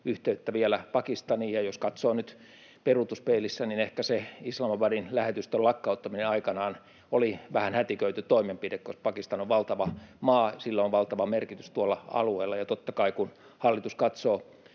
yhteyttä Pakistaniin, ja jos katsoo nyt peruutuspeiliin, niin ehkä se Islamabadin lähetystön lakkauttaminen aikanaan oli vähän hätiköity toimenpide, koska Pakistan on valtava maa, sillä on valtava merkitys tuolla alueella. Totta kai, kun hallitus katsoo